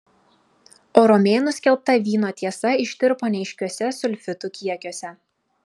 o romėnų skelbta vyno tiesa ištirpo neaiškiuose sulfitų kiekiuose